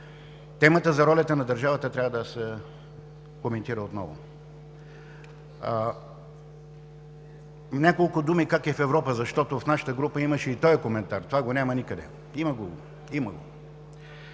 Темата за ролята на държавата трябва да се коментира отново. Няколко думи как е в Европа, защото в нашата група имаше и този коментар: „Това го няма никъде!“ Има го.